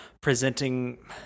presenting